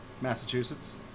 Massachusetts